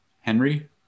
Henry